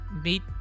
meet